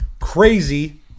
crazy